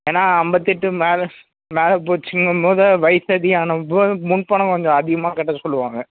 ஏன்னால் ஐம்பத்தெட்டு மேலே மேலே போச்சுங்கும் போது வயது அதிகம் ஆன போது முன் பணம் கொஞ்சம் அதிகமாக கட்டச் சொல்லுவாங்க